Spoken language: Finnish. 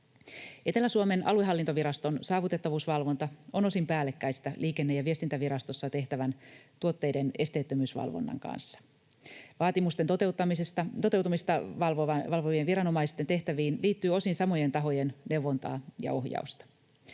Etelä-Suomen aluehallintoviraston saavutettavuusvalvonta on osin päällekkäistä Liikenne- ja viestintävirastossa tehtävän tuotteiden esteettömyysvalvonnan kanssa. Vaatimusten toteutumista valvovien viranomaisten tehtäviin liittyy osin samojen tahojen neuvontaa ja ohjausta.